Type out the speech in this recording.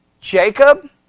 Jacob